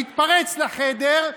להתפרץ לחדר,